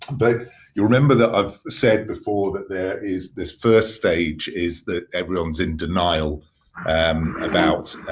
but you remember that i've said before that there is this first stage is that everyone is in denial um about